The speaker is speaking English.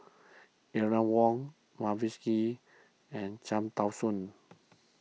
Eleanor Wong Mavis Hee and Cham Tao Soon